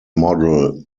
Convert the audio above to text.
model